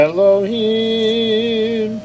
Elohim